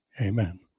Amen